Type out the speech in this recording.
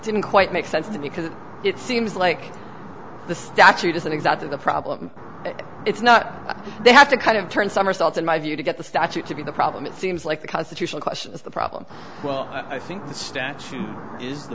didn't quite make sense to me because it seems like the statute isn't exactly the problem it's not they have to kind of turn somersaults in my view to get the statute to be the problem it seems like the constitutional question is the problem well i think the statute is the